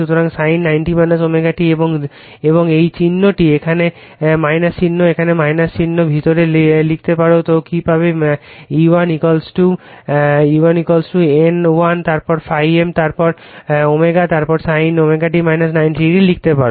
সুতরাং sin 90 o ω t এবং this চিহ্ন এখানে এই চিহ্নটি এখানে নিন চিহ্ন এর ভিতরে লিখতে পারো তাহলে কি পাবে যে E1 N1 তারপর ∅ m তারপর ω তারপর sin ω t - 90০ লিখতে পারো